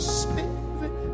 spirit